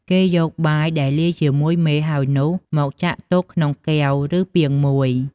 គេយកបាយដែលលាយជាមួយមេហើយនោះមកចាក់ទុកក្នុងកែវ ឬពាងមួយ ។